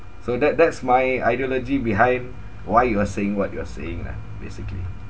so that~ that's my ideology behind why you were saying what you are saying lah basically